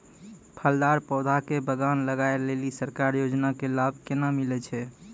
फलदार पौधा के बगान लगाय लेली सरकारी योजना के लाभ केना मिलै छै?